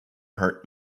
hurt